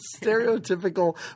stereotypical